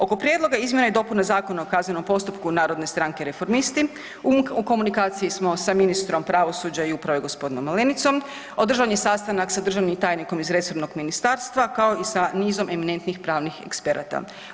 Oko prijedloga izmjena i dopuna Zakona o kaznenom postupku narodne stranke Reformisti u komunikaciji smo sa ministrom pravosuđa i uprave gospodinom Malenicom, održan je sastanak sa državnim tajnikom iz resornog ministarstva kao i sa nizom eminentnih pravnih eksperata.